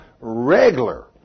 regular